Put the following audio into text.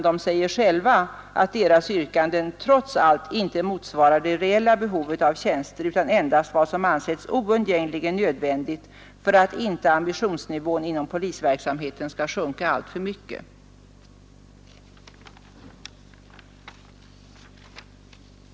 De säger själva att deras yrkanden trots allt inte motsvarar det reella behovet av tjänster utan endast vad som har ansetts oundgängligen nödvändigt för att inte ambitionsnivån inom polisverksamheten skall sjunka alltför mycket.